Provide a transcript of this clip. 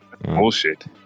Bullshit